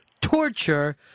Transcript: torture